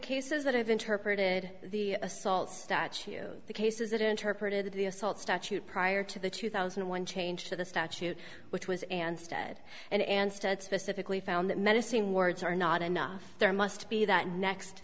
cases that have interpreted the assault statue the cases that interpreted the assault statute prior to the two thousand and one change to the statute which was anstead and anstead specifically found that medicine words are not enough there must be that next